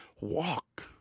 walk